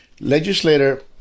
legislator